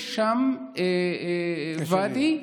יש שם ואדי,